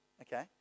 okay